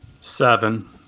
Seven